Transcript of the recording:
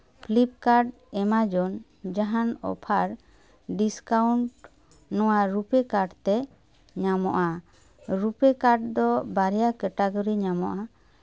Flipkart Amazon ᱡᱟᱦᱟᱱ offer discount ᱱᱚᱣᱟ RuPay card ᱛᱮ ᱧᱟᱢᱚᱜᱼᱟ ᱨᱩᱯᱮ ᱠᱟᱨᱰ ᱫᱚ ᱵᱟᱨᱭᱟ ᱠᱮᱴᱟᱜᱚᱨᱤ ᱧᱟᱢᱚᱜᱼᱟ